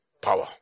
power